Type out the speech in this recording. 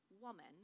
woman